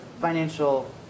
financial